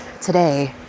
today